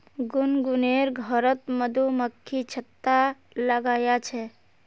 गुनगुनेर घरोत मधुमक्खी छत्ता लगाया छे